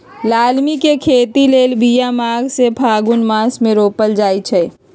लालमि के खेती लेल बिया माघ से फ़ागुन मास मे रोपल जाइ छै